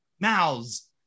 mouths